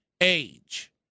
age